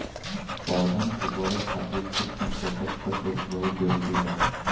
पौधन के बढ़े खातिर सूक्ष्म पोषक तत्व बहुत जरूरी बा